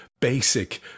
basic